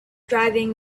driving